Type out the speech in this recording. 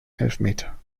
elfmeter